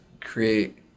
create